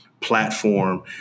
platform